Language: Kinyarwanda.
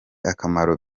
akamaro